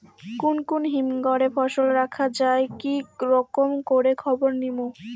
কুন কুন হিমঘর এ ফসল রাখা যায় কি রকম করে খবর নিমু?